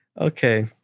Okay